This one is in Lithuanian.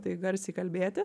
tai garsiai kalbėti